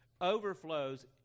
overflows